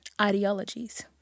ideologies